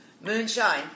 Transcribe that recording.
Moonshine